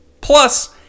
Plus